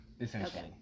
Essentially